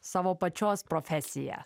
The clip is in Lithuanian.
savo pačios profesija